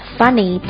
funny